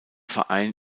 verein